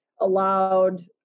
allowed